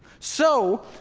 so,